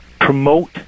promote